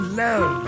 love